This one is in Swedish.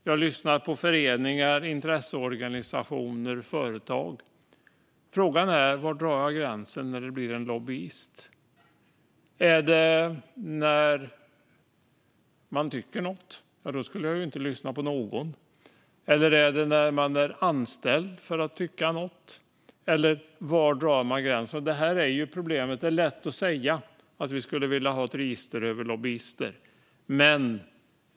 Jag lyssnar på föreningar, intresseorganisationer och företag. Frågan är var jag drar gränsen för när det blir en lobbyist. Är det när man tycker något? Då skulle jag ju inte lyssna på någon. Är det när man är anställd för att tycka något? Var drar man gränsen? Det här är problemet. Det är lätt att säga att vi skulle vilja ha ett register över lobbyister.